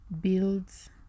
builds